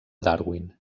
darwin